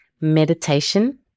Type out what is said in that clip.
meditation